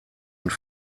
und